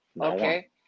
Okay